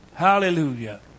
Hallelujah